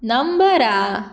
नंबरा